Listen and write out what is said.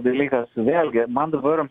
dalykas vėlgi man dabar